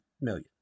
million